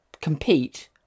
compete